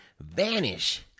vanish